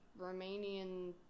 Romanian